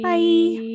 Bye